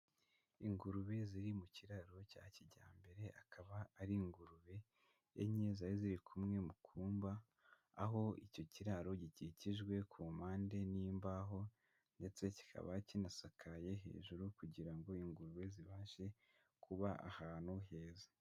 Ingurube ziri mu kiraro cya kijyambere, akaba ari ingurube enye zari ziri kumwe mu kumba, aho icyo kiraro gikikijwe ku mpande n'imbaho ndetse kikaba kinasakaye hejuru kugira ngo ingurube zibashe kuba ahantu heza.